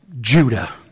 Judah